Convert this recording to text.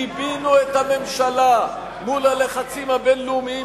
גיבינו את הממשלה מול הלחצים הבין-לאומיים,